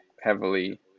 heavily